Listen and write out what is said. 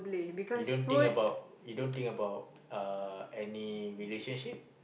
you don't think about you don't think about uh any relationship